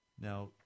Now